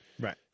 Right